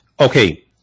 Okay